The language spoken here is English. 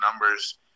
numbers